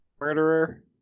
murderer